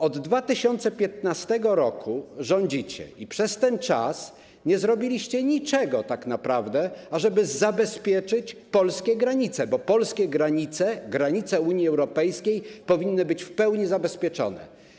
Od 2015 r. rządzicie i przez ten czas nie zrobiliście niczego tak naprawdę, ażeby zabezpieczyć polskie granice, a polskie granice, granice Unii Europejskiej, powinny być w pełni zabezpieczone.